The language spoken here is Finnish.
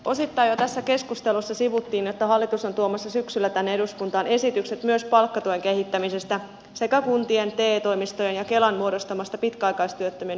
osittain jo tässä keskustelussa sivuttiin sitä että hallitus on tuomassa syksyllä tänne eduskuntaan esitykset myös palkkatuen kehittämisestä sekä kuntien te toimistojen ja kelan muodostamasta pitkäaikaistyöttömien yhteispalvelupisteestä